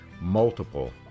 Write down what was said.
multiple